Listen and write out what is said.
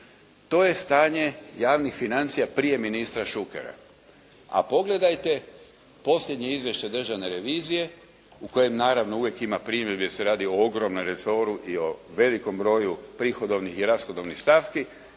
To je stanje javnih financija prije ministra Šukera. A pogledajte posljednje izvješće Državne revizije u kojem naravno uvijek ima primjedbi jer se radi o ogromnom resoru i o velikom broju prihodovnih i rashodovnih stavki,